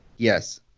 Yes